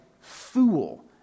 Fool